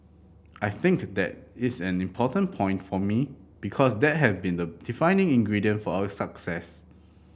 I think that is an important point for me because that have been the defining ingredient for our success